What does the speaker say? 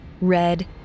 red